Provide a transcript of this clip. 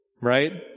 right